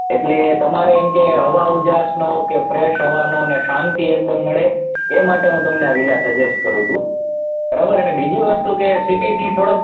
એટલે તમારે એમ કે હવા ઉજાસનો કે ફ્રેશ હવાનો ને શાંતિ એમનેમ મળે એ માટે હું તમને આ વિલા સજેસ્ટ કરું છું બરાબર અને બીજી વસ્તુ કે સિટીથી થોડોક